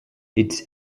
its